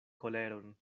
koleron